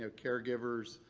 caregivers,